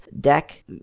deck